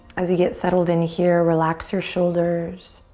as we get settled in here, relax your shoulders.